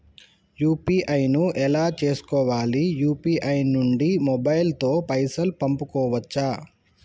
UPI ను ఎలా చేస్కోవాలి యూ.పీ.ఐ నుండి మొబైల్ తో పైసల్ పంపుకోవచ్చా?